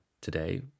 today